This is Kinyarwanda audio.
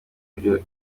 byo